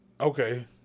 Okay